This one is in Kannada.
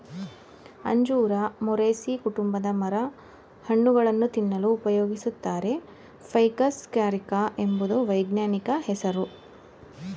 ಅಂಜೂರ ಮೊರೇಸೀ ಕುಟುಂಬದ ಮರ ಹಣ್ಣುಗಳನ್ನು ತಿನ್ನಲು ಉಪಯೋಗಿಸುತ್ತಾರೆ ಫೈಕಸ್ ಕ್ಯಾರಿಕ ಎಂಬುದು ವೈಜ್ಞಾನಿಕ ಹೆಸ್ರು